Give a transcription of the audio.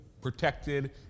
protected